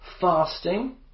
fasting